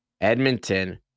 Edmonton